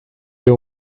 your